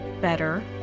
better